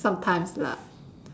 sometimes lah